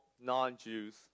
non-Jews